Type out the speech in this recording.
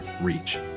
reach